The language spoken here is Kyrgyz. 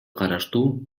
караштуу